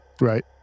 Right